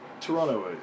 Toronto